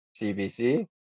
CBC